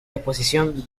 disposición